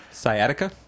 Sciatica